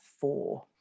four